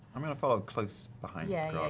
i'm going to follow close behind yeah